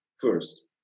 first